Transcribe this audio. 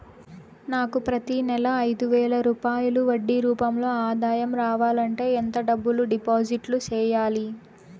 నాకు ప్రతి నెల ఐదు వేల రూపాయలు వడ్డీ రూపం లో ఆదాయం రావాలంటే ఎంత డబ్బులు డిపాజిట్లు సెయ్యాలి?